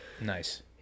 Nice